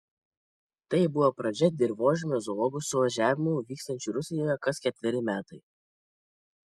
tai buvo pradžia dirvožemio zoologų suvažiavimų vykstančių rusijoje kas ketveri metai